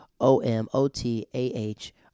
O-M-O-T-A-H